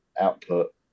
output